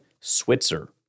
Switzer